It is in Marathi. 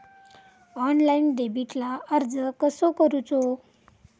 ऑनलाइन डेबिटला अर्ज कसो करूचो?